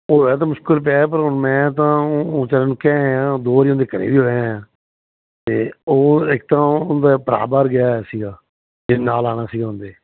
ਉਹ ਹੈ ਤਾਂ ਮੁਸ਼ਕਿਲ ਪਿਆ ਪਰ ਹੁਣ ਮੈਂ ਤਾਂ ਵਿਚਾਰੇ ਨੂੰ ਕਹਿ ਆ ਦੋ ਵਾਰੀ ਉਹਦੇ ਘਰੇ ਵੀ ਹੋਇਆ ਆ ਤੇ ਉਹ ਇੱਕ ਤਾਂ ਉਹਦਾ ਭਰਾ ਬਾਹਰ ਗਿਆ ਸੀਗਾ ਤੇ ਨਾਲ ਆਣਾ ਸੀ ਉਹਦੇ